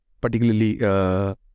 particularly